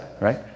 right